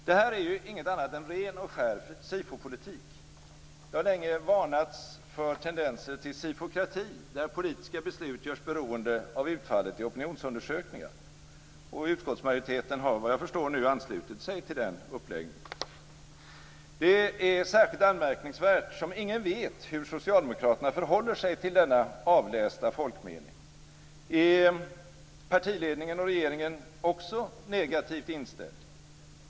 Detta är inget annat än ren och skär SIFO-politik. Det har länge varnats för tendenser till "sifokrati", där politiska beslut görs beroende av utfallet i opinionsundersökningar. Utskottsmajoriteten har, vad jag förstår, nu anslutit sig till denna uppläggning. Detta är särskilt anmärkningsvärt eftersom ingen vet hur Socialdemokraterna förhåller sig till denna avlästa folkmening. Är partiledningen och regeringen också negativt inställd?